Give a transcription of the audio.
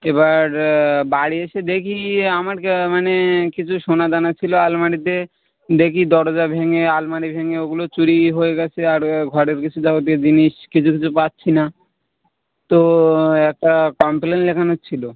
এবার বাড়ি এসে দেখি আমার মানে কিছু সোনা দানা ছিলো আলমারিতে দেখি দরজা ভেঙে আলমারি ভেঙে ওগুলো চুরি হয়ে গেছে আর ঘরের কিছু যাবতীয় জিনিস কিছু কিছু পাচ্ছি না তো একটা কমপ্লেন লেখানোর ছিলো